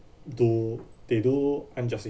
do they do unjustly